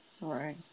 Right